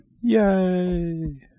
Yay